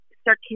start